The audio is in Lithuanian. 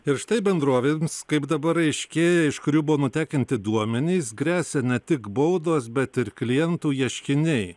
ir štai bendrovėms kaip dabar aiškėja iš kurių buvo nutekinti duomenys gresia ne tik baudos bet ir klientų ieškiniai